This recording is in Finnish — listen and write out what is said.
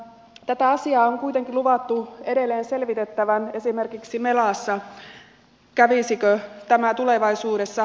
tätä asiaa on kuitenkin luvattu edelleen selvittää esimerkiksi melassa kävisikö tämä tulevaisuudessa